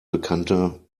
bekannte